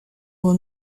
will